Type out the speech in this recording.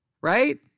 right